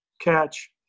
catch